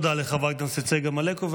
תודה לחברת הכנסת צגה מלקו.